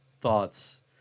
thoughts